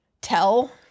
tell –